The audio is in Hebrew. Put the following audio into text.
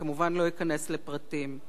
כמובן שלא אכנס לפרטים,